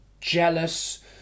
jealous